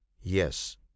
Yes